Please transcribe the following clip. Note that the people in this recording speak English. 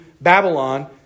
Babylon